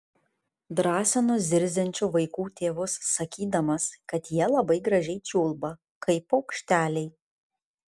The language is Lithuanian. drąsinu zirziančių vaikų tėvus sakydamas kad jie labai gražiai čiulba kaip paukšteliai